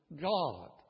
God